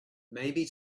maybe